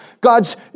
God's